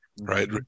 right